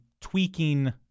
tweaking